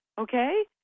okay